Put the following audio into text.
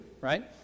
right